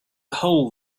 hole